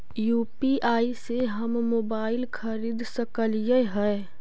UPI से हम mobile खरिद सकलिऐ है